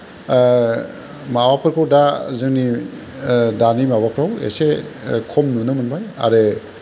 माबाफोरखौ दा जोंनि दानि माबाखौ एसे खम नुनो मोनबाय आरो